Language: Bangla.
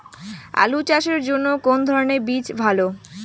আলু চাষের জন্য কোন ধরণের বীজ ভালো?